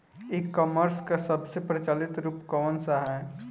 ई कॉमर्स क सबसे प्रचलित रूप कवन सा ह?